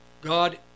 God